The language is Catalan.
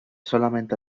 solament